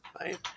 Right